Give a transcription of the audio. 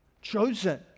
chosen